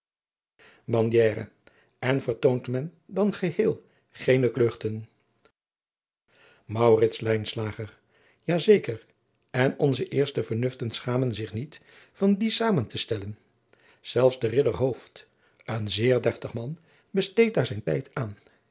en vertoont men dan geheel geene kluchten maurits lijnslager ja zeker en onze eerste vernuften schamen zich niet van die zamen te stellen zelfs de ridder hooft een zeer deftig man besteedt daar zijn tijd aan